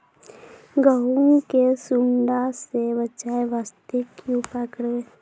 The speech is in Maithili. गहूम के सुंडा से बचाई वास्ते की उपाय करबै?